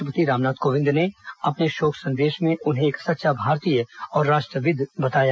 राष्ट्रपति रामनाथ कोविंद ने अपने शोक संदेश में उन्हें एक सच्चा भारतीय और राष्ट्रविद् बताया